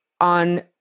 on